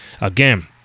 Again